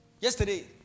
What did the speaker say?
Yesterday